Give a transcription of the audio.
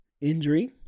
injury